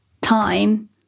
time